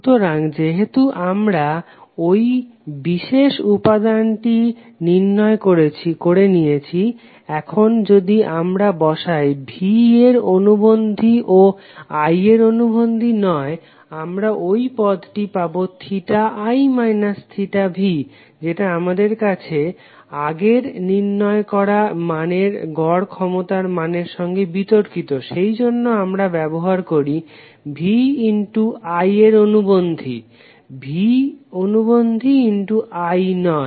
সুতরাং যেহেতু আমরা ঐ বিশেষ উপাদানটি নির্ণয় করে নিয়েছি এখন যদি আমরা বসাই V এর অনুবন্ধী ও I এর অনুবন্ধী নয় আমরা ঐ পদটি পাবো i v যেটা আমাদের আগের নির্ণয় করা গড় ক্ষমতার সঙ্গে বিতর্কিত সেইজন্য আমরা ব্যবহার করি V I অনুবন্ধী V অনুবন্ধী I নয়